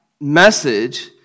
message